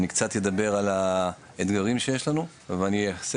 אני קצת אדבר על האתגרים שיש לנו ואני אעשה